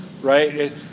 right